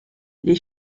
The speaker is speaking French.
les